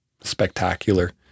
spectacular